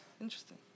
Interesting